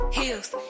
heels